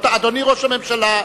אדוני ראש הממשלה,